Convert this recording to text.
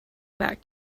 back